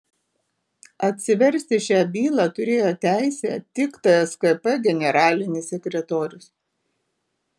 atsiversti šią bylą turėjo teisę tik tskp generalinis sekretorius